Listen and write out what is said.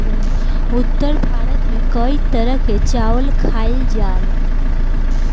उत्तर भारत में कई तरह के चावल खाईल जाला